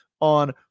on